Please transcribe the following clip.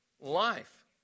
life